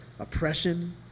oppression